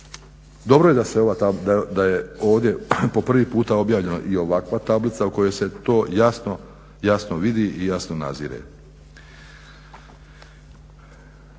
Dobro je da je ovdje po prvi puta objavljeno i ovakva tablica u kojoj se to jasno vidi i jasno nazire.